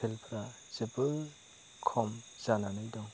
हटेलफ्रा जोबोद खम जानानै दं